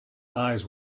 eyes